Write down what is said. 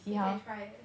think can try leh